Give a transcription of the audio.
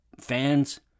fans